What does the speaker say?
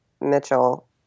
Mitchell